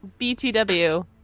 BTW